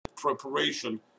preparation